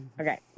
Okay